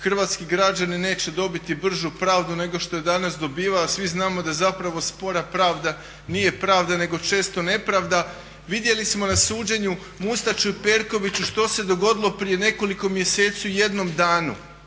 hrvatski građani neće dobiti bržu pravdu nego što je danas dobivaju. A svi znamo da je zapravo spora pravda nije pravda nego često nepravda. Vidjeli smo na suđenju Mustaću i Perkoviću što se dogodilo prije nekoliko mjeseci u jednom danu.